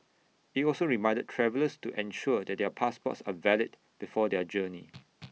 IT also reminded travellers to ensure that their passports are valid before their journey